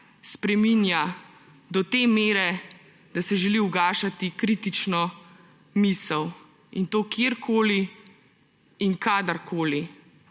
spreminja do te mere, da se želi ugašati kritično misel, in to kjerkoli in kadarkoli.